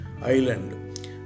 Island